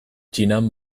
txinan